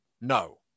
No